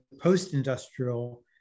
post-industrial